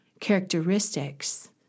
characteristics